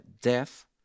death